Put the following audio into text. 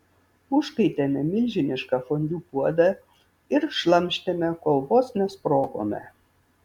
užkaitėme milžinišką fondiu puodą ir šlamštėme kol vos nesprogome